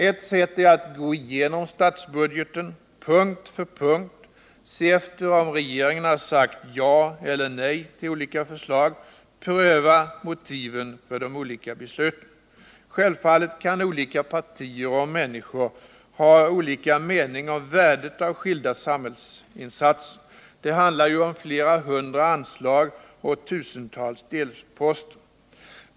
Ett sätt är att gå igenom statsbudgeten, punkt för punkt, se efter om regeringen sagt ja eller nej till olika förslag, pröva motiven för de olika besluten. Självfallet kan olika partier och människor ha olika mening om värdet av skilda samhällsinsatser; det handlar ju om flera hundra anslag och om tusentals delposter.